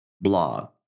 blog